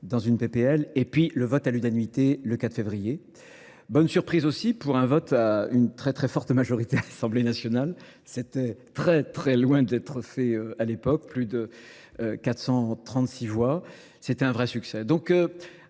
dans une PPL, et puis le vote à l'une annuité le 4 février. Bonne surprise aussi pour un vote à une très forte majorité à l'Assemblée nationale. C'était très loin d'être fait à l'époque, plus de 436 voix. C'était un vrai succès.